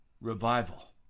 revival